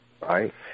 right